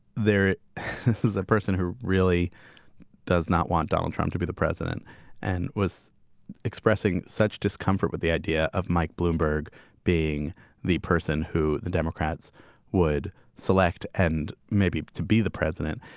there is a person who really does not want donald trump to be the president and was expressing such discomfort with the idea of mike bloomberg being the person who the democrats would select and maybe to be the president,